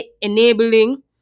enabling